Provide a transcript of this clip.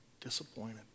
Disappointed